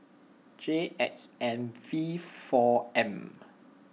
J X N V four M